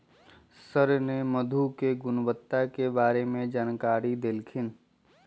sir ने मधु के गुणवत्ता के बारे में जानकारी देल खिन